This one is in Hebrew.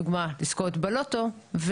לדוגמא לזכות בלוטו,